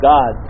God